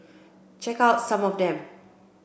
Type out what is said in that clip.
check out some of them